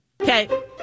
Okay